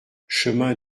chemin